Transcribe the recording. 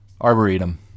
Arboretum